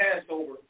Passover